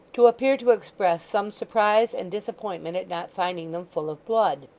to appear to express some surprise and disappointment at not finding them full of blood.